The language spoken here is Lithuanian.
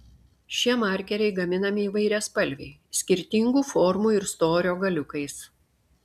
šie markeriai gaminami įvairiaspalviai skirtingų formų ir storio galiukais